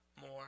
more